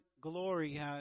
glory